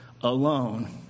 alone